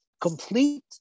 complete